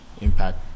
impact